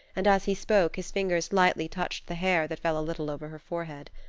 and as he spoke his fingers lightly touched the hair that fell a little over her forehead.